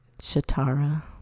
Shatara